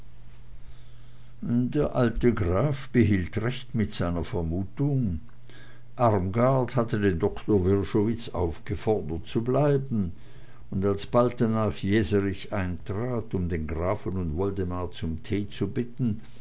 der alte graf behielt recht mit seiner vermutung armgard hatte den doktor wrschowitz aufgefordert zu bleiben und als bald danach jeserich eintrat um den grafen und woldemar zum tee zu bitten